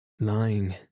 lying